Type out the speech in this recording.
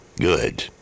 good